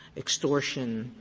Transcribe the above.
extortion,